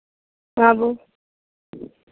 आबू